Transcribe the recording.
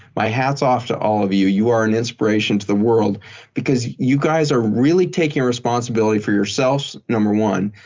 my hats off to all of you. you are an inspiration to the world because you guys are really taking responsibility for yourselves, number one,